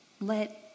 Let